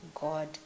God